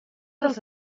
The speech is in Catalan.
els